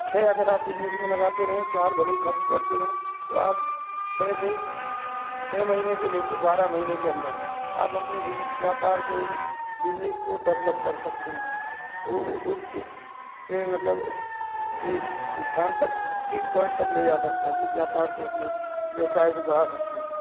छः अगर आप बिजनेस में लगाते रहें चार भले ही ख़र्च करते रहें तो आप छः से छः महीने से ले के बारह महीने के अंदर आप अपने बिज व्यापार को बिजनेस को डवलप कर सकते हैं वो वो उच्च मतलब इस स्थान तक पीक पॉइंट तक ले जा सकते हैं अपने व्यापार को अपने व्यवसाय को बढ़ा सकते हैं